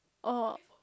oh